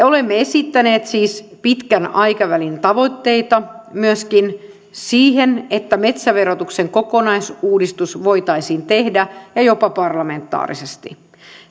olemme esittäneet pitkän aikavälin tavoitteita myöskin siihen että metsäverotuksen kokonaisuudistus voitaisiin tehdä ja jopa parlamentaarisesti